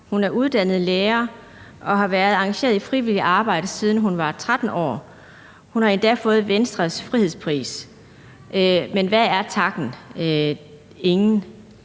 hun er uddannet lærer og har været engageret i frivilligt arbejde, siden hun var 13 år. Hun har endda fået Venstres frihedspris. Men hvad er takken? Ingen.